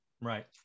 Right